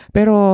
Pero